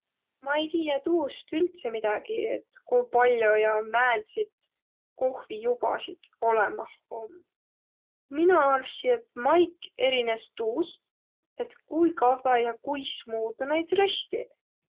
Ma ei tiiäq tuust üldse midägi, ku pall'o ja määntsit kohviubasit olõmah om. Mina arvssi, et maik erines tuust, et ku kavva ja kuismuudu noid röstiq.